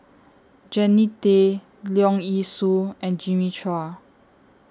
Jannie Tay Leong Yee Soo and Jimmy Chua